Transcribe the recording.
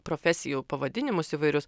profesijų pavadinimus įvairius